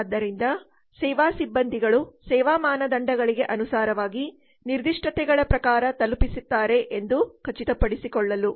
ಆದ್ದರಿಂದ ಸೇವಾ ಸಿಬ್ಬಂದಿಗಳು ಸೇವಾ ಮಾನದಂಡಗಳಿಗೆ ಅನುಸಾರವಾಗಿ ನಿರ್ದಿಷ್ಟತೆಗಳ ಪ್ರಕಾರ ತಲುಪಿಸುತ್ತಾರೆ ಎಂದು ಖಚಿತಪಡಿಸಿಕೊಳ್ಳಲು